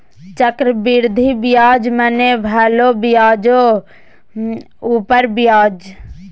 चक्रवृद्धि ब्याज मने भेलो ब्याजो उपर ब्याज